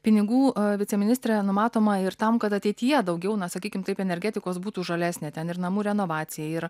pinigų viceministre numatoma ir tam kad ateityje daugiau na sakykim taip energetikos būtų žalesnė ten ir namų renovacijai ir